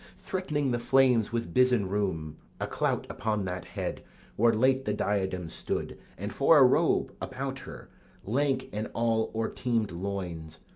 threatening the flames with bisson rheum a clout upon that head where late the diadem stood, and for a robe, about her lank and all o'erteemed loins,